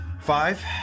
Five